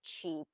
cheap